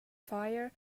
fire